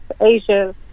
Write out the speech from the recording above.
Asia